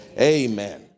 amen